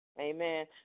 Amen